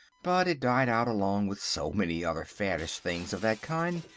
but it died out along with so many other faddish things of that kind.